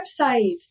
website